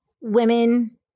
women